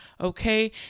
okay